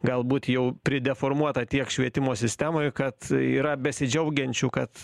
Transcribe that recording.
galbūt jau prideformuota tiek švietimo sistemoj kad yra besidžiaugiančių kad